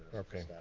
okay,